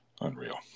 Unreal